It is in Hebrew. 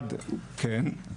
אחד, כן.